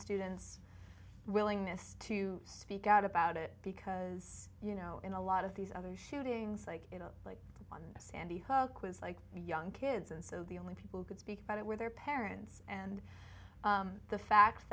students willingness to speak out about it because you know in a lot of these other shootings like you know like on a sandy hook was like young kids and so the only people who could speak about it were their parents and the fact